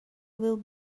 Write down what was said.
will